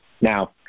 Now